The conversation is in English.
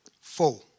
four